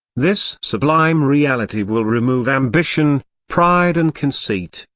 this sublime reality will remove ambition, pride and conceit,